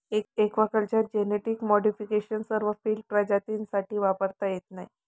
aquaculture genetic modification सर्व field प्रजातींसाठी वापरता येत नाही